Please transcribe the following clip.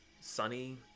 sunny